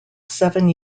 seven